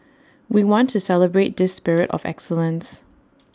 we want to celebrate this spirit of excellence